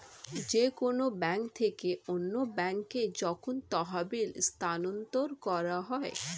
যে কোন ব্যাংক থেকে অন্য ব্যাংকে যখন তহবিল স্থানান্তর করা হয়